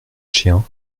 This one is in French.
chien